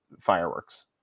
fireworks